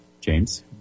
James